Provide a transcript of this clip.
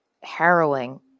harrowing